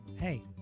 hey